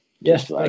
Yes